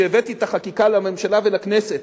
כשהבאתי את החקיקה לממשלה ולכנסת,